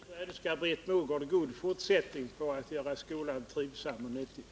Herr talman! Jag ber bara att till slut få önska Britt Mogård god fortsättning i arbetet att göra skolan trivsam och nyttig.